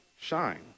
shine